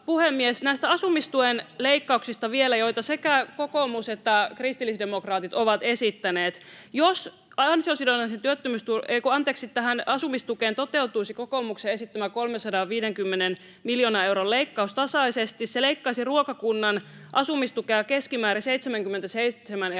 asumistuen leikkauksista, joita sekä kokoomus että kristillisdemokraatit ovat esittäneet. Jos asumistukeen toteutuisi kokoomuksen esittämä 350 miljoonan euron leikkaus tasaisesti, se leikkaisi ruokakunnan asumistukea keskimäärin 77 euroa